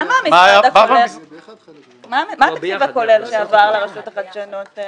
מה התקציב הכולל שעבר לרשות החדשנות?